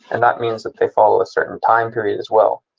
and that means that they follow a certain time period as well.